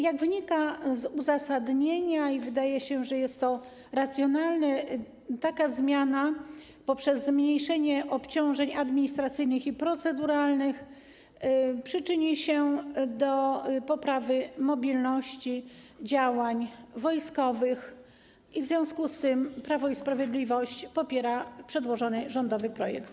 Jak wynika z uzasadnienia i wydaje się, że jest to racjonalne, taka zmiana poprzez zmniejszenie obciążeń administracyjnych i proceduralnych przyczyni się do poprawy mobilności działań wojskowych i w związku z tym Prawo i Sprawiedliwość popiera przedłożony rządowy projekt.